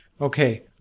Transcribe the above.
Okay